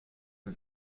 for